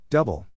Double